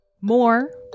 More